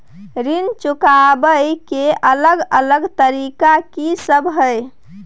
ऋण चुकाबय के अलग अलग तरीका की सब हय?